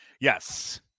Yes